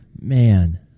man